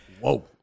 Whoa